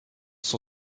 son